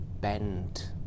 bend